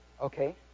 Okay